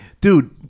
dude